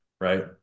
Right